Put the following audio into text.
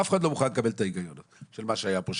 אף אחד לא מוכן לקבל את ההיגיון של מה שהיה פה,